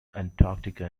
antarctica